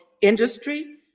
industry